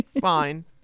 Fine